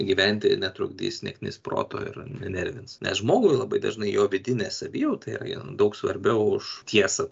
gyventi netrukdys neknis proto ir nenervins nes žmogui labai dažnai jo vidinė savijauta yra jam daug svarbiau už tiesą